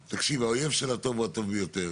האויב של הטוב הוא הטוב ביותר.